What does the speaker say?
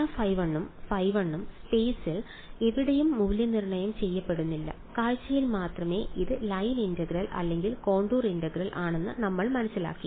∇ϕ1 ഉം ϕ1 ഉം സ്പെയ്സ്ൽ എവിടെയും മൂല്യനിർണ്ണയം ചെയ്യപ്പെടുന്നില്ല കാഴ്ചയിൽ മാത്രമേ ഇത് ലൈൻ ഇന്റഗ്രൽ അല്ലെങ്കിൽ കോണ്ടൂർ ഇന്റഗ്രൽ ആണെന്ന് നമ്മൾ മനസ്സിലാക്കി